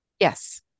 Yes